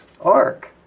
ark